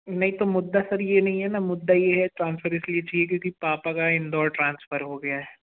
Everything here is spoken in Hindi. नहीं तो मुद्दा सर यह नहीं है न मुद्दा यह है ट्रांसफ़र इसलिए चाहिए क्योंकि पापा का इंदौर ट्रांसफ़र हो गया है